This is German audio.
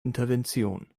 intervention